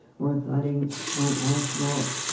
or thudding on asphalt.